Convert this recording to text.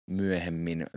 myöhemmin